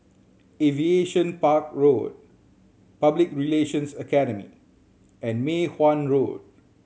Aviation Park Road Public Relations Academy and Mei Hwan Road